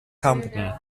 company